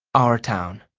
our town